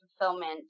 fulfillment